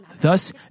Thus